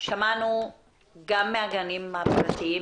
שמענו גם מהגנים הפרטיים